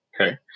okay